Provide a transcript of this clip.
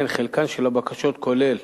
חלקן של הבקשות כולל